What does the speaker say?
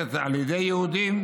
שנשלטת על ידי יהודים,